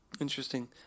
interesting